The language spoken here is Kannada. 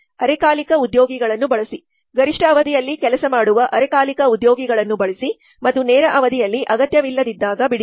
ಅರೆಕಾಲಿಕ ಉದ್ಯೋಗಿಗಳನ್ನು ಬಳಸಿ ಗರಿಷ್ಠ ಅವಧಿಯಲ್ಲಿ ಕೆಲಸ ಮಾಡುವ ಅರೆಕಾಲಿಕ ಉದ್ಯೋಗಿಗಳನ್ನು ಬಳಸಿ ಮತ್ತು ನೇರ ಅವಧಿಯಲ್ಲಿ ಅಗತ್ಯವಿಲ್ಲದಿದ್ದಾಗ ಬಿಡಿ